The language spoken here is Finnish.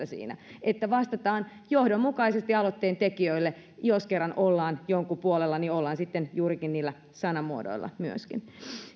siinä että vastataan johdonmukaisesti aloitteen tekijöille ja jos kerran ollaan jonkin puolella niin ollaan myöskin sitten juurikin niillä sanamuodoilla